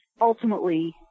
ultimately